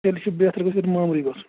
تیٚلہِ چھِ بہتَر گژھتھ مامرٕے گژھُن